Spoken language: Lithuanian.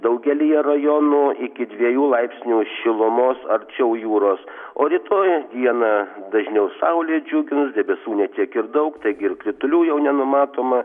daugelyje rajonų iki dvejų laipsnių šilumos arčiau jūros o rytoj dieną dažniau saulė džiugins debesų ne tiek ir daug taigi ir kritulių jau nenumatoma